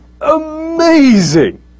amazing